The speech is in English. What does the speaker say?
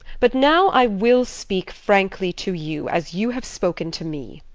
but now i will speak frankly to you, as you have spoken to me.